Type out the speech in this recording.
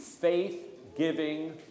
faith-giving